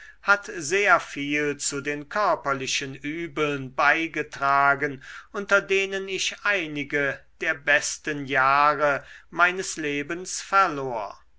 hat sehr viel zu den körperlichen übeln beigetragen unter denen ich einige der besten jahre meines lebens verlor